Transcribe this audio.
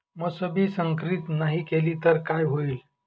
मोसंबी संकरित नाही केली तर काय होईल?